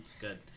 Good